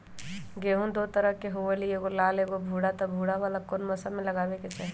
गेंहू दो तरह के होअ ली एगो लाल एगो भूरा त भूरा वाला कौन मौसम मे लगाबे के चाहि?